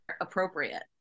appropriate